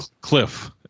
Cliff